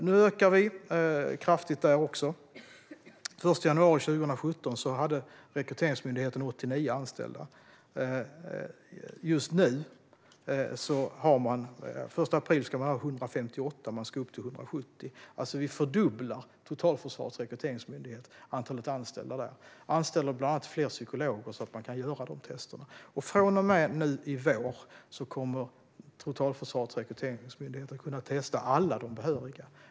Nu ökar vi kraftigt där också. Den 1 januari 2017 hade Rekryteringsmyndigheten 89 anställda. Den 1 april ska man ha 158 anställda, och man ska upp till 170. Vi fördubblar alltså antalet anställda vid Totalförsvarets rekryteringsmyndighet och anställer bland annat fler psykologer så att testerna kan göras. Från och med nu i vår kommer Totalförsvarets rekryteringsmyndighet att kunna testa alla behöriga.